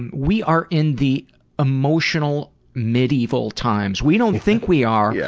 and we are in the emotional medieval times. we don't think we are, yeah